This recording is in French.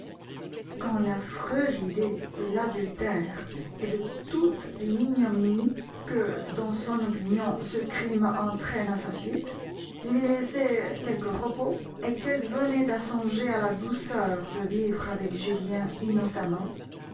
quand l'affreuse idée de l'adultère et de toute l'ignominie que dans son opinion ce crime entraîne à sa suite lui laissait quelque repos et qu'elle venait à songer à la douceur de vivre avec julien innocemment